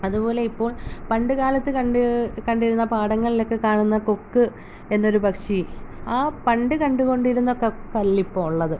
അതുപൊലെ ഇപ്പോൾ പണ്ടുകാലത്ത് കണ്ട് കണ്ടിരുന്ന പാടങ്ങളിലൊക്കെ കാണുന്ന കൊക്ക് എന്നൊരു പക്ഷി ആ പണ്ട് കണ്ട് കൊണ്ടിരുന്ന കൊക്കല്ല ഇപ്പോൾ ഉള്ളത്